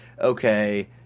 okay